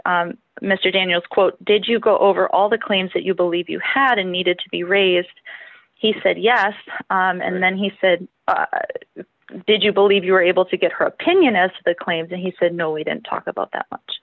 mr daniels quote did you go over all the claims that you believe you had a needed to be raised he said yes and then he said did you believe you were able to get her opinion as the claims and he said no we didn't talk about that